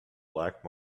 black